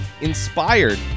inspired